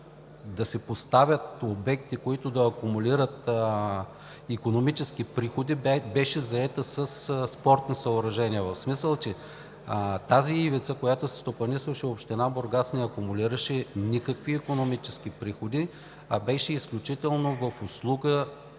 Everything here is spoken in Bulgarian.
да се поставят обекти, които да акумулират икономически приходи, беше заета със спортни съоръжения, в смисъл, че тази ивица, която се стопанисваше от община Бургас, не акумулираше никакви икономически приходи, а беше изключително в добра